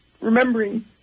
remembering